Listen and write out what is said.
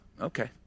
okay